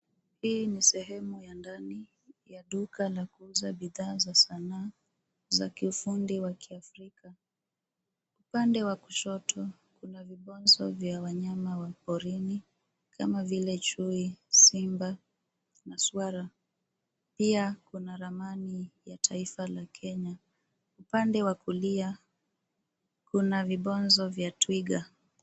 Hii ni sehemu ya ndani ya duka la kuuza bidhaa za sanaa za kifundi wa kiafrika, pande wa kushoto kuna vibonzo vya wanyama wa porini kama vile chui, simba na swara. Pia kuna ramani ya taifa la Kenya, upande wa kulia kna vibonzo vya twiga.